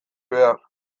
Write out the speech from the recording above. behar